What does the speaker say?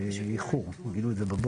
הם גילו את זה באיחור, הם גילו את זה בבוקר.